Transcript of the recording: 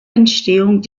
entstehung